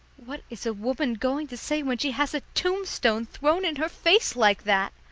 what is a woman going to say when she has a tombstone thrown in her face like that?